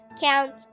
Count